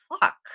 fuck